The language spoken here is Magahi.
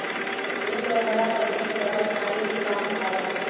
फूल और हरा पत्तवन के दवाई बनावे के काम आवा हई